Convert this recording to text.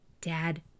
dad